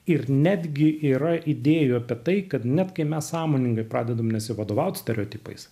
ir netgi yra idėjų apie tai kad net kai mes sąmoningai pradedam nesivadovaut stereotipais